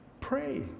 Pray